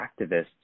activists